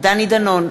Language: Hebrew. דני דנון,